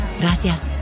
Gracias